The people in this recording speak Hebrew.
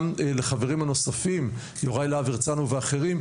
לחברים הנוספים: יוראי להב הרצנו ואחרים,